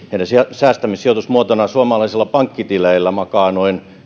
säästämis ja sijoitusmuotona suomalaisilla pankkitileillä makaa noin